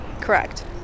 correct